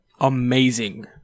Amazing